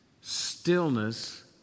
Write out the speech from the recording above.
stillness